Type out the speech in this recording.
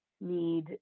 need